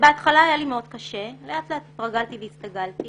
בהתחלה זה היה לי מאוד קשה אבל לאט לאט התרגלתי והסתגלתי